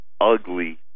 ugly